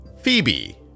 Phoebe